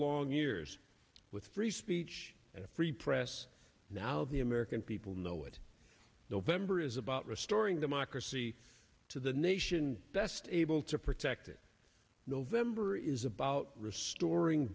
long years with free speech and free press now the american people know it november is about restoring democracy to the nation best able to protect it november is about restoring